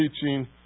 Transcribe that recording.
teaching